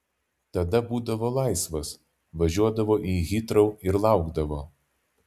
tada būdavo laisvas važiuodavo į hitrou ir laukdavo